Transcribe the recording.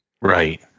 Right